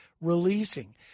releasing